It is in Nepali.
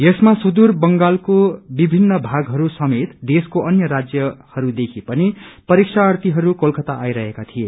यसमा सुदूर बंगालको विभिन्न भागहरू समेत देशको अन्य राज्यहरूदेखि पनि परीक्षार्थीहरू कोलकाता आइरहेका थिए